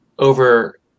over